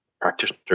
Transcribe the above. practitioner